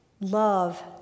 Love